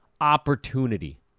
opportunity